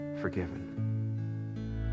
forgiven